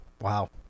Wow